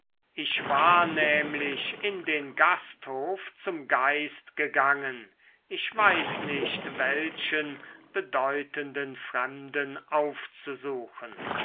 ich war nämlich in den gasthof zum geist gegangen ich weiß nicht welchen bedeutenden fremden aufzusuchen